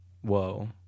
Whoa